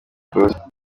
close